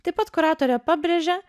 taip pat kuratorė pabrėžia